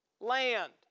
land